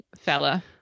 fella